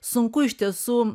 sunku iš tiesų